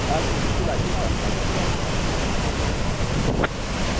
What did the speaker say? آ جائیے بالکل آ جائیے شام سات بجے اوکے اوکے